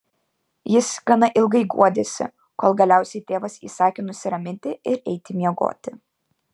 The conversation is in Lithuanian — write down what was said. jis gana ilgai guodėsi kol galiausiai tėvas įsakė nusiraminti ir eiti miegoti